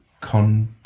Con